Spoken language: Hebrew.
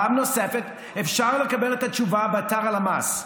פעם נוספת, אפשר לקבל את התשובה באתר הלמ"ס.